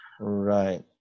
Right